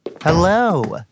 Hello